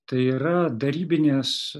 tai yra darybinės